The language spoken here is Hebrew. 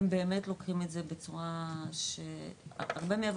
הם באמת לוקחים את זה בצורה שהרבה מעבר.